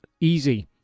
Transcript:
easy